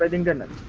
um internet